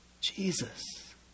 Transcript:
Jesus